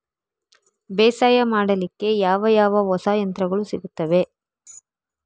ಬೇಸಾಯ ಮಾಡಲಿಕ್ಕೆ ಯಾವ ಯಾವ ಹೊಸ ಯಂತ್ರಗಳು ಸಿಗುತ್ತವೆ?